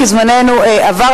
כי זמננו עבר,